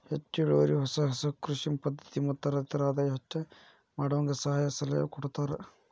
ಹೆಚ್ಚು ಇಳುವರಿ ಹೊಸ ಹೊಸ ಕೃಷಿ ಪದ್ಧತಿ ಮತ್ತ ರೈತರ ಆದಾಯ ಹೆಚ್ಚ ಮಾಡುವಂಗ ಸಹಾಯ ಸಲಹೆ ಕೊಡತಾರ